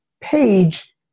page